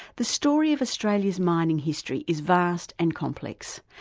the story of australia's mining history is vast and complex,